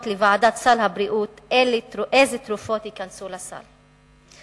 לוועדת סל הבריאות אילו תרופות ייכנסו לסל.